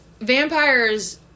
vampires